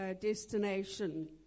destination